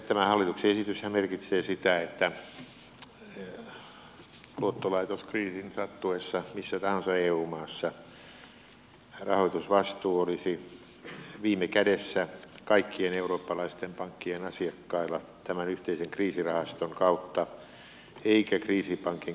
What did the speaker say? tämä hallituksen esityshän merkitsee sitä että luottolaitoskriisin sattuessa missä tahansa eu maassa rahoitusvastuu olisi viime kädessä kaikkien eurooppalaisten pankkien asiakkailla tämän yhteisen kriisirahaston kautta eikä kriisipankin kotivaltiolla ja sen veronmaksajilla